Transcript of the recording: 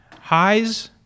highs